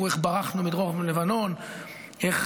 תראו איך ברחנו מדרום לבנון, איך